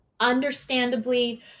understandably